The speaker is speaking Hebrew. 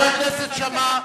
חבר הכנסת שאמה.